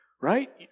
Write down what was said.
Right